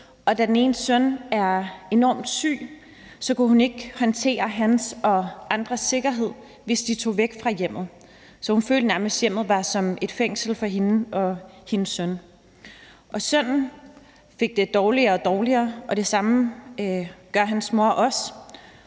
og da den ene søn er enormt syg, kunne hun ikke håndtere hans og andres sikkerhed, hvis de tog væk fra hjemmet. Så hun følte nærmest, at hjemmet var som et fængsel for hende og hendes søn. Sønnen får det dårligere og dårligere, og det samme gør hans mor, især